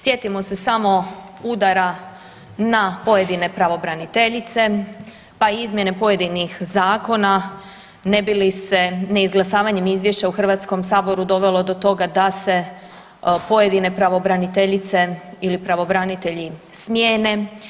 Sjetimo se samo udara na pojedine pravobraniteljice, pa izmjene pojedinih zakona ne bi li se neizglasavanjem izvješća u Hrvatskom saboru dovelo do toga da se pojedine pravobraniteljice ili pravobranitelji smjene.